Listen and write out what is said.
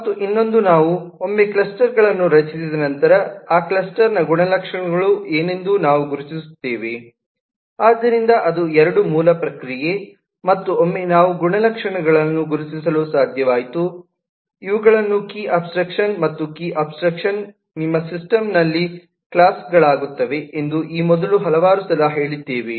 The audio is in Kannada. ಮತ್ತು ಇನ್ನೊಂದು ನಾವು ಒಮ್ಮೆ ಕ್ಲಸ್ಟರ್ಗಳನ್ನು ರಚಿಸಿದ ನಂತರ ಆ ಕ್ಲಸ್ಟರ್ ನ ಗುಣಲಕ್ಷಣಗಳು ಏನೆಂದು ನಾವು ಗುರುತಿಸುತ್ತೇವೆ ಆದ್ದರಿಂದ ಅದು ಎರಡು ಮೂಲ ಪ್ರಕ್ರಿಯೆ ಮತ್ತು ಒಮ್ಮೆ ನಾವು ಗುಣಲಕ್ಷಣಗಳನ್ನು ಗುರುತಿಸಲು ಸಾಧ್ಯವಾಯಿತು ಇವುಗಳನ್ನು ಕೀ ಅಬ್ಸ್ಟ್ರಾಕ್ಷನ್ ಮತ್ತು ಕೀ ಅಬ್ಸ್ಟ್ರಾಕ್ಷನ್ ನಿಮ್ಮ ಸಿಸ್ಟಮ್ನಲ್ಲಿ ಕ್ಲಾಸ್ ಗಳಾಗುತ್ತವೆ ಎಂದು ಈ ಮೊದಲು ಹಲವಾರು ಸಲ ಹೇಳಿದ್ದೇವೆ